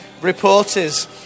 reporters